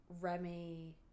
Remy